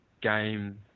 game